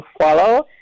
follow